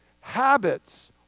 habits